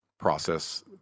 process